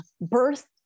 birth